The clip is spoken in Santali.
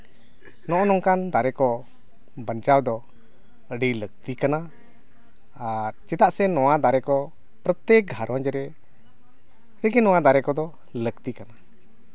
ᱱᱚᱜᱼᱚᱸᱭ ᱱᱚᱝᱠᱟᱱ ᱫᱟᱨᱮ ᱠᱚ ᱵᱟᱧᱪᱟᱣ ᱫᱚ ᱟᱹᱰᱤ ᱞᱟᱹᱠᱛᱤ ᱠᱟᱱᱟ ᱟᱨ ᱪᱮᱫᱟᱜ ᱥᱮ ᱱᱚᱣᱟ ᱫᱟᱨᱮ ᱠᱚ ᱯᱨᱚᱛᱮᱠ ᱜᱷᱟᱨᱚᱸᱡᱽ ᱨᱮ ᱞᱮᱠᱤᱱ ᱚᱱᱟ ᱫᱟᱨᱮ ᱠᱚᱫᱚ ᱞᱟᱹᱠᱛᱤ ᱠᱟᱱᱟ